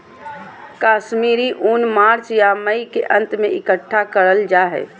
कश्मीरी ऊन मार्च या मई के अंत में इकट्ठा करल जा हय